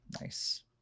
Nice